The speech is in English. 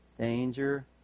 Danger